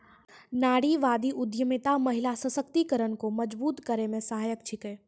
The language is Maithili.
नारीवादी उद्यमिता महिला सशक्तिकरण को मजबूत करै मे सहायक छिकै